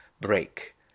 break